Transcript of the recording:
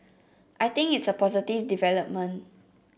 I think it's a positive development